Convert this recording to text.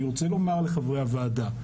אני רוצה לומר לחברי הוועדה.